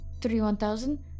three-one-thousand